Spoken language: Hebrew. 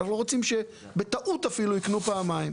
ואנחנו לא רוצים שייקנו פעמיים,